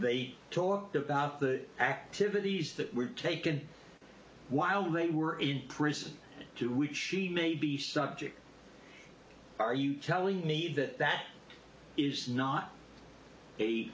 they talk about the activities that were taken while they were in prison to which she may be subject are you telling me that that is not a